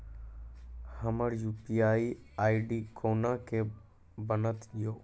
हमर UPI ID कोना के बनत यो?